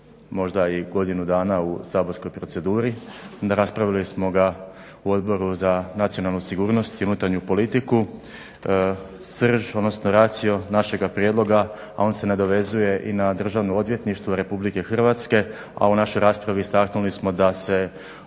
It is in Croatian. možda i godinu dana u saborskoj proceduri. Raspravili smo ga u Odboru za nacionalnu sigurnost i unutarnju politiku. Srž, odnosno racio našega prijedloga a on se nadovezuje i na državno odvjetništvo Republike Hrvatske a u našoj raspravi istaknuli smo da se